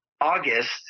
August